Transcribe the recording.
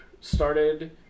started